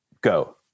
go